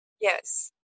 Yes